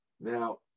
Now